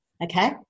okay